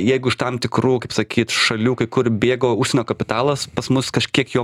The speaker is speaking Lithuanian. jeigu iš tam tikrų kaip sakyt šalių kai kur bėga užsienio kapitalas pas mus kažkiek jau